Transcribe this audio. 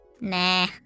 Nah